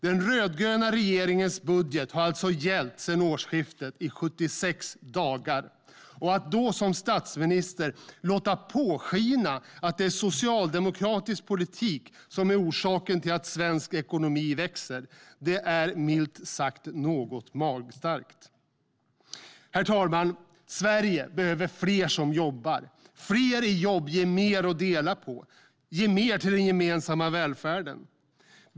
Den rödgröna regeringens budget har alltså gällt sedan årsskiftet - i 76 dagar. Att då som statsminister låta påskina att det är socialdemokratisk politik som är orsaken till att svensk ekonomi växer är milt sagt något magstarkt. Herr talman! Sverige behöver fler som jobbar. Fler i jobb ger mer att dela på och mer till den gemensamma välfärden.